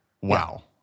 Wow